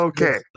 Okay